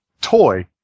toy